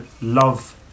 love